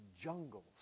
jungles